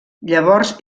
llavors